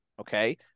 okay